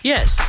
Yes